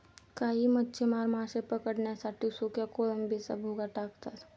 काही मच्छीमार मासे पकडण्यासाठी सुक्या कोळंबीचा भुगा टाकतात